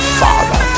father